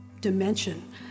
dimension